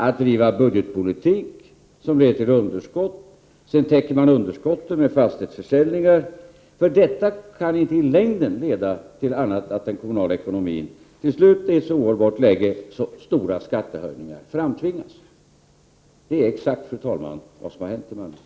Att driva en budgetpolitik som leder till underskott och sedan täcka underskottet med fastighetsförsäljningar kan inte i längden leda till annat än att den kommunala ekonomin hamnar i ett så ohållbart läge att stora skattehöjningar framtvingas. Det är uppenbarligen, fru talman, vad som har hänt i Malmö.